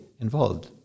involved